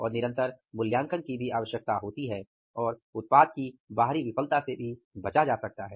और निरंतर मूल्यांकन की भी आवश्यकता होती है और उत्पाद की बाहरी विफलता से भी बचा जा सकता है